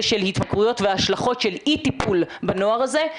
של התמכרויות והשלכות של אי-טיפול בנוער הזה.